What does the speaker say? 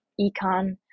econ